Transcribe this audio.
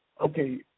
okay